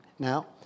Now